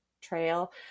trail